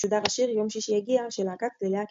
משודר השיר "יום שישי הגיע" של להקת צלילי הכרם.